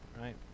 right